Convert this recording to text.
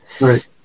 Right